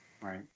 Right